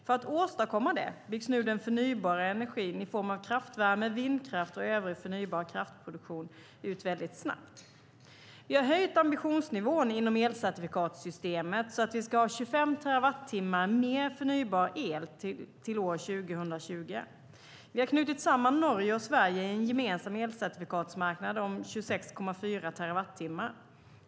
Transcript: För att åstadkomma det byggs nu den förnybara energin, i form av kraftvärme, vindkraft och övrig förnybar kraftproduktion, ut väldigt snabbt. Vi har höjt ambitionsnivån inom elcertifikatssystemet så att vi ska ha 25 terawattimmar mer förnybar el till år 2020. Vi har knutit samman Norge och Sverige i en gemensam elcertifikatsmarknad om 26,4 terawattimmar.